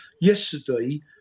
yesterday